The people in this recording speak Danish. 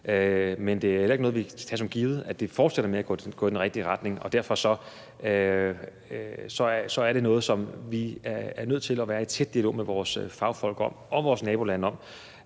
men det er ikke noget, vi kan tage for givet, altså at det fortsætter med at gå i den rigtige retning, og derfor er det noget, som vi er nødt til at være i tæt dialog med vores fagfolk og vores nabolande om.